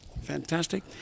fantastic